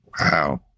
Wow